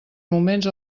moments